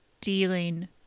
dealing